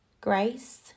Grace